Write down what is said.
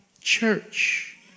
church